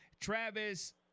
Travis